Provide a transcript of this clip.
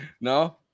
no